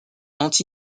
anti